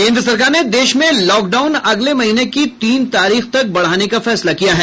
केंद्र सरकार ने देश में लॉकडाउन अगले महीने की तीन तारीख तक बढ़ाने का फैसला किया है